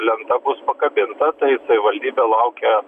lenta bus pakabinta tai savivaldybė laukia